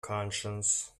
conscience